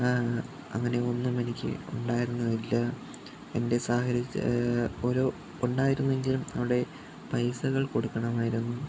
അങ്ങനെ ഒന്നും എനിക്ക് ഉണ്ടായിരുന്നുമില്ല എൻ്റെ ഒരു ഉണ്ടായിരുന്നു എങ്കിലും അവിടെ പൈസകൾ കൊടുക്കണമായിരുന്നു